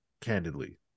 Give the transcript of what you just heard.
candidly